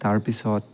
তাৰ পিছত